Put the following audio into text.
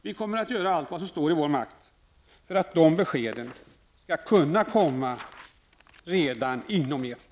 Vi kommer att göra allt som står i vår makt för att beskeden skall komma redan om ett år.